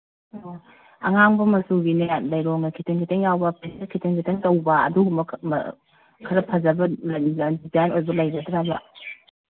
ꯑꯣ ꯑꯉꯥꯡꯕ ꯃꯆꯨꯒꯤꯅꯦ ꯂꯩꯔꯣꯡꯒ ꯈꯤꯇꯪ ꯈꯤꯇꯪ ꯌꯥꯎꯕ ꯄ꯭ꯔꯤꯟꯒ ꯈꯤꯇꯪ ꯈꯤꯇꯪ ꯇꯧꯕ ꯑꯗꯨꯒꯨꯝꯕ ꯈꯔ ꯐꯖꯕ ꯗꯤꯖꯥꯏꯟ ꯑꯣꯏꯕ ꯂꯩꯒꯗ꯭ꯔꯕ